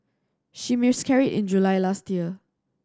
she miscarried in July last year